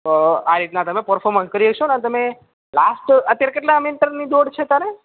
આ રીતના પરફોર્મન્સ કરી શકશો અને લાસ્ટ અત્યારે કેટલા મીટરની દોડ છે તારે